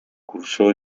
cursó